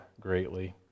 greatly